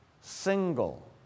single